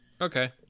Okay